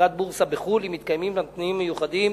בורסה בחוץ-לארץ אם מתקיימים תנאים מיוחדים